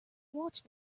watched